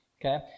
okay